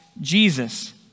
Jesus